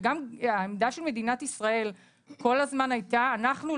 וגם העמדה של מדינת ישראל הייתה כל הזמן שהמדינה